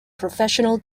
professional